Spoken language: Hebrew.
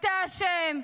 אתה אשם: